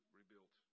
rebuilt